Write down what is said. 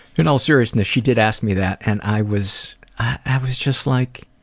in all seriousness she did ask me that. and i was i was just like,